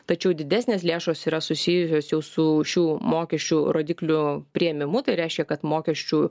tačiau didesnės lėšos yra susijusios jau su šių mokesčių rodiklių priėmimu tai reiškia kad mokesčių